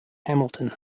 hamilton